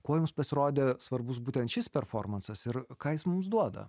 kuo jums pasirodė svarbus būtent šis performansas ir ką jis mums duoda